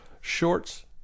shorts